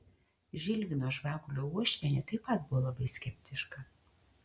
žilvino žvagulio uošvienė taip pat buvo labai skeptiška